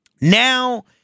Now